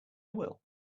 will